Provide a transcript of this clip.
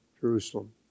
Jerusalem